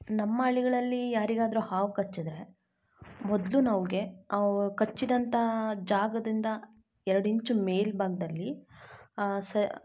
ನಮ್ಮ ಹಳ್ಳಿಗಳಲ್ಲಿ ಯಾರಿಗಾದ್ರೂ ಹಾವು ಕಚ್ಚಿದ್ರೆ ಮೊದಅಲು ನಾವ್ ಅವು ಕಚ್ಚಿದಂಥ ಜಾಗದಿಂದ ಎರಡು ಇಂಚು ಮೇಲು ಭಾಗದಲ್ಲಿ ಸ